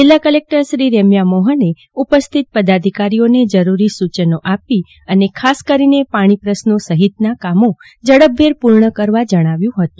જિલ્લા કલેકટરશ્રી રેમ્યા મોફને ઉપસ્થિત પદાધિકારીઓને જરૂરી સુચનો આપીપાણી પશ્નો સહિતના કામો ઝડપભેર પુણ કરવા જણાવ્યુ હતું